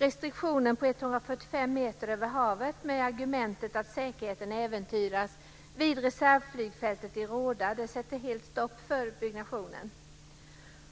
Restriktionen på 145 meter över havet med argumentet att säkerheten äventyras vid reservflygfältet i Råda sätter stopp för byggnationen.